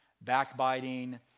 backbiting